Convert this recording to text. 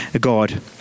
God